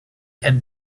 and